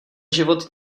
život